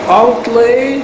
outlay